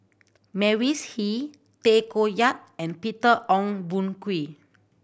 Mavis Hee Tay Koh Yat and Peter Ong Boon Kwee